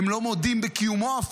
הם לא מודים אפילו בקיומו,